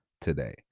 today